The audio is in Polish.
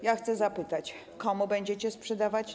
Ja chcę zapytać: Komu będziecie sprzedawać?